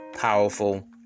powerful